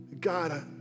God